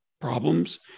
problems